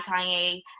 Kanye